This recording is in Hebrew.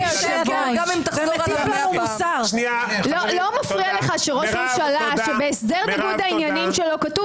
לא מפריע לך שראש הממשלה שבהסדר ניגוד העניינים שלו כתוב